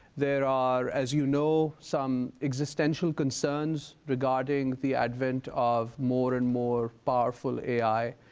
there are, as you know, some existential concerns regarding the advent of more and more powerful ai,